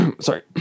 sorry